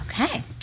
Okay